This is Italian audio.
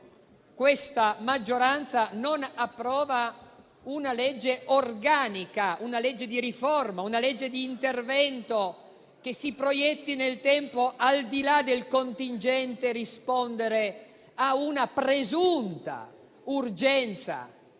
questa maggioranza non approva una legge organica, una legge di riforma, una legge di intervento che si proietti nel tempo al di là della contingente necessità di rispondere a una presunta urgenza,